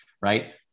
right